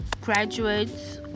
graduates